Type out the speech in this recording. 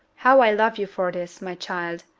how i love you for this, my child!